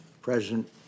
President